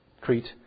Crete